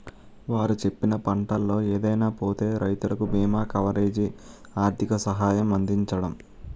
వారు చెప్పిన పంటల్లో ఏదైనా పోతే రైతులకు బీమా కవరేజీ, ఆర్థిక సహాయం అందించడం